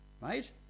right